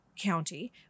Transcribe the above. county